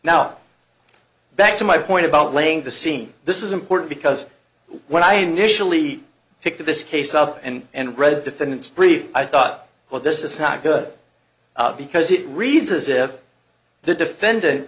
now back to my point about laying the scene this is important because when i initially picked this case up and read defendant's brief i thought well this is not good because it reads as if the defendant